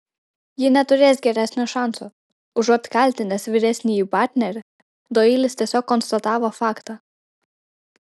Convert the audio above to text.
ji neturės geresnio šanso užuot kaltinęs vyresnįjį partnerį doilis tiesiog konstatavo faktą